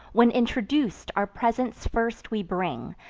when introduc'd, our presents first we bring,